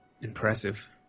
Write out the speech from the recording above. impressive